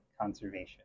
conservation